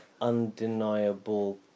undeniable